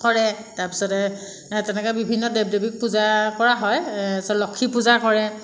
কৰে তাৰপিছতে তেনেকৈ বিভিন্ন দেৱ দেৱীক পূজা কৰা হয় লক্ষী পূজা কৰে